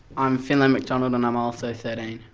i'm finlay mcdonald and i'm also thirteen.